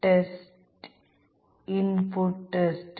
programmer ചില കാര്യങ്ങൾ നഷ്ടപ്പെട്ടേക്കാം